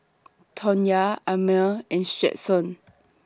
Tonya Amir and Stetson